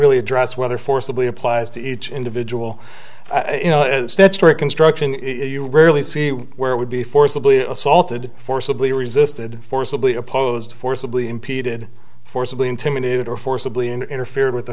really address whether forcibly applies to each individual statutory construction you rarely see where it would be forcibly assaulted forcibly resisted forcibly opposed forcibly impeded forcibly intimidated or forcibly interfered with